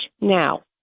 now